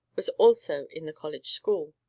was also in the college school,